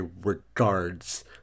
regards